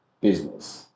business